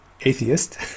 atheist